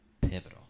pivotal